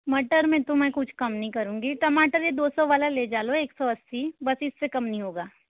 मटर में तो मैं कुछ कम नहीं करुँगी टमाटर ये दो सौ वाला ले जा लो एक सौ अस्सी बस इससे कम नहीं होगा